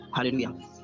Hallelujah